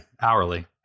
hourly